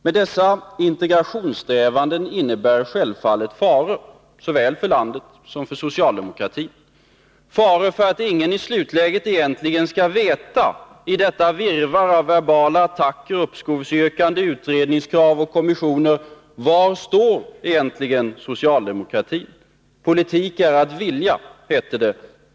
Men dessa integrationssträvanden innebär självfallet faror, såväl för landet som för socialdemokratin, faror för att ingen i slutläget, i detta virrvarr av verbala attacker, uppskovsyrkanden, utredningskrav och krav på kommissioner, egentligen skall veta var socialdemokratin står. Politik är att vilja, hette det.